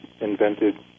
invented